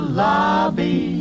lobby